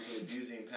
abusing